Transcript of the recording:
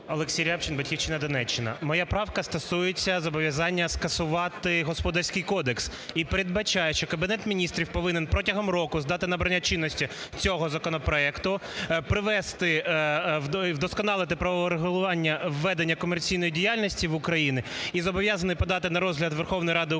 Олексій Рябчин, "Батьківщина", Донеччина. Моя правка стосується зобов'язання скасувати Господарський кодекс і передбачає, що Кабінету Міністрів повинен протягом року з дати набрання чинності цього законопроекту привести… вдосконалити правове врегулювання ведення комерційної діяльності в Україні і зобов'язаний подати на розгляд Верховної Ради України